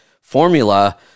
formula